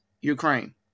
Ukraine